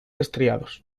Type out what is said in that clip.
estriados